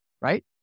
Right